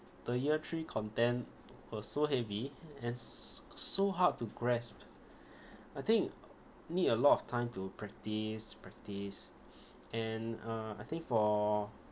the year three content were so heavy and s~ so hard to grasp I think need a lot of time to practice practice and ah I think for